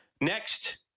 Next